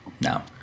No